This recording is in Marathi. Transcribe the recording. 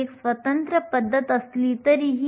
हे Ec पासून Ec χ